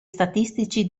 statistici